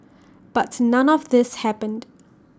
but none of this happened